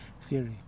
theory